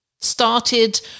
started